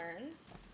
learns